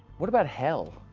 what about hell?